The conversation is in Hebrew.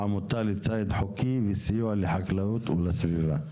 העמותה לציד חוקי וסיוע לחקלאות ולסביבה.